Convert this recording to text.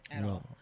No